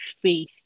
faith